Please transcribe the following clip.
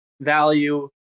value